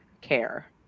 care